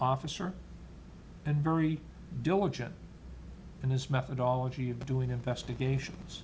officer and very diligent in his methodology of doing investigations